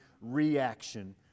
reaction